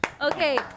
Okay